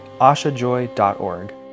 ashajoy.org